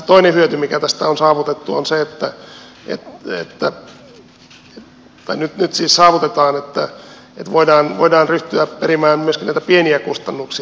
toinen hyöty mikä tästä nyt saavutetaan on se että voidaan ryhtyä perimään myöskin näitä pieniä kustannuksia